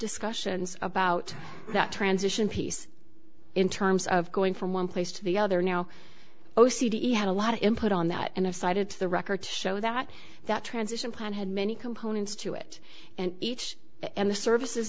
discussions about that transition piece in terms of going from one place to the other now o c d had a lot of input on that and i cited the record to show that that transition plan had many components to it and each and the services